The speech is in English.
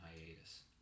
hiatus